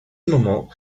moment